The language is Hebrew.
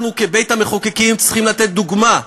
אנחנו כבית-המחוקקים צריכים לתת דוגמה.